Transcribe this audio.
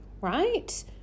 right